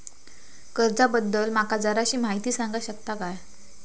कर्जा बद्दल माका जराशी माहिती सांगा शकता काय?